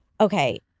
Okay